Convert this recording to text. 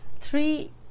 three